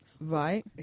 Right